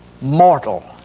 mortal